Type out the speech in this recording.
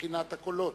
מבחינת הקולות.